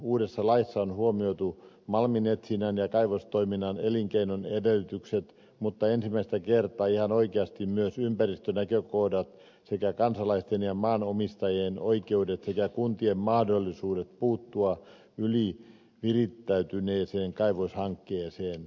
uudessa laissa on huomioitu malminetsinnän ja kaivostoiminnan elinkeinon edellytykset mutta ensimmäistä kertaa ihan oikeasti myös ympäristönäkökohdat sekä kansalaisten ja maanomistajien oikeudet sekä kuntien mahdollisuudet puuttua ylivirittäytyneeseen kaivoshankkeeseen